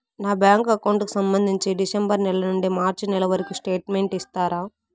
నా bank account కు సంబంధించి డిసెంబరు నెల నుండి మార్చి నెలవరకు స్టేట్మెంట్ ఇస్తారా?